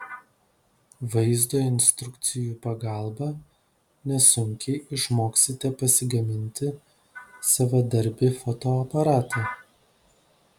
vaizdo instrukcijų pagalba nesunkiai išmoksite pasigaminti savadarbį fotoaparatą